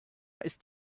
ist